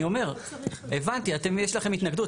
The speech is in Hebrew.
אני אומר, הבנתי, אתם יש לכם התנגדות.